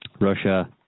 Russia